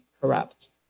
corrupt